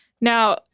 Now